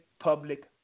Public